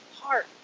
heart